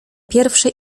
pierwsze